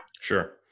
Sure